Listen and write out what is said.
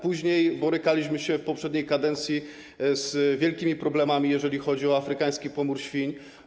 Później borykaliśmy się, w poprzedniej kadencji, z wielkimi problemami, jeżeli chodzi o afrykański pomór świń.